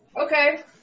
Okay